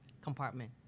compartment